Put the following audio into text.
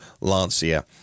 Lancia